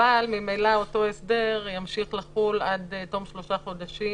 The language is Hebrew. אבל ממילא אותו הסדר ימשיך לחול עד תום שלושה חודשים.